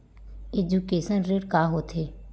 Education ऋण का होथे?